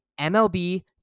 MLB